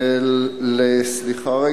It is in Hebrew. סליחה,